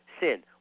sin